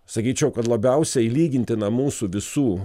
sakyčiau kad labiausiai lygintina mūsų visų